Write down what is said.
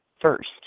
first